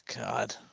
God